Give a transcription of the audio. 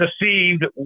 deceived